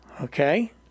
Okay